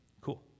Cool